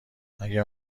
اگه